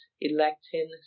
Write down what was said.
electing